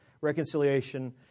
reconciliation